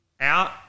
out